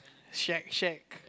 shack shack